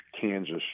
Kansas